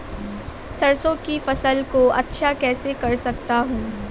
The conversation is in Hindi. सरसो की फसल को अच्छा कैसे कर सकता हूँ?